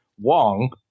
Wong